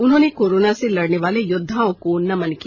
उन्होंनें corona से लड़ने वाले योद्वाओं को नमन किया